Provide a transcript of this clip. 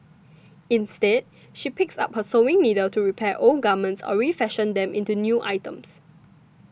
instead she picks up her sewing needle to repair old garments or refashion them into new items